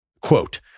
Quote